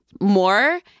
more